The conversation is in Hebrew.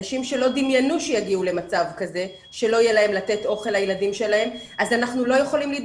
אנשים שלא דמיינו שיגיעו למצב כזה שלא יהיה להם אוכל לתת לילדים שלהם,